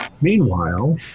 Meanwhile